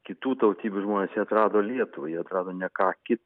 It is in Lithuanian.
kitų tautybių žmonės jie atrado lietuvą jie atrado ne ką ki